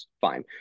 fine